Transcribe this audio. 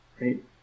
right